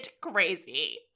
crazy